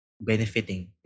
benefiting